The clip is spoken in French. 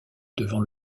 devant